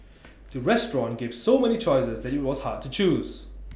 the restaurant gave so many choices that IT was hard to choose